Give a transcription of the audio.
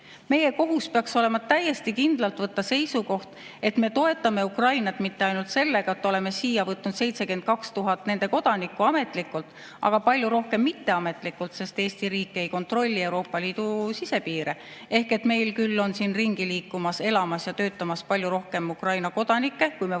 Meie kohus peaks olema täiesti kindlalt võtta seisukoht, et me toetame Ukrainat mitte ainult sellega, et oleme siia võtnud 72 000 nende kodanikku ametlikult, aga palju rohkem mitteametlikult, sest Eesti riik ei kontrolli Euroopa Liidu sisepiire, ehk meil on siin ringi liikumas, elamas ja töötamas palju rohkem Ukraina kodanikke, kui me teame.